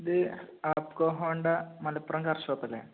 ഇത് Apco Honda Malappuram car ഷോപ്പല്ലേ